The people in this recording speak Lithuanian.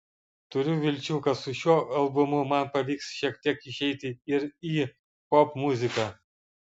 turiu vilčių kad su šiuo albumu man pavyks šiek tiek išeiti ir į popmuziką